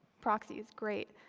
proxies, great.